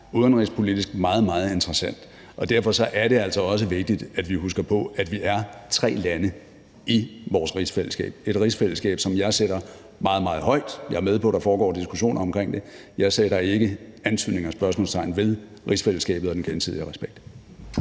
udenrigspolitisk meget, meget interessant, og derfor er det altså også vigtigt, at vi husker på, at vi er tre lande i vores rigsfællesskab – et rigsfællesskab, som jeg sætter meget, meget højt. Jeg er med på, at der foregår diskussioner om det, men jeg sætter ikke antydning af spørgsmålstegn ved rigsfællesskabet og den gensidige respekt.